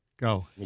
Go